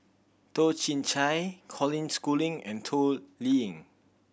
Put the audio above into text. Toh Chin Chye Colin Schooling and Toh Liying